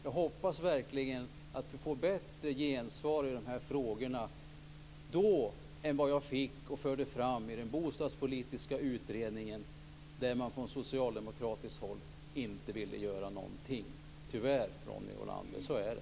Jag hoppas verkligen att vi får bättre gensvar i de här frågorna då än vad jag fick och förde fram i den bostadspolitiska utredningen, där man från socialdemokratiskt håll inte ville göra någonting. Tyvärr, Ronny Olander: Så är det.